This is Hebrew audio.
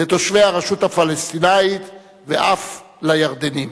לתושבי הרשות הפלסטינית ואף לירדנים.